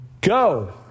Go